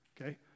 Okay